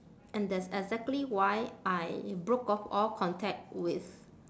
and that's exactly why I broke off all contact with